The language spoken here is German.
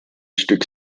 stück